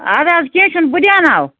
اَدٕ حظ کیٚنٛہہ چھُنہٕ بہٕ دیٛاوناو